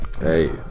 Hey